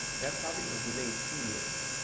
that project was delayed two years.